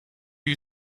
you